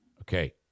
Okay